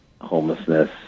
homelessness